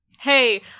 Hey